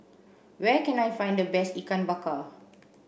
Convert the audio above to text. where can I find the best Ikan Bakar